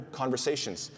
conversations